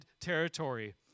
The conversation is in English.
territory